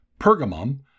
Pergamum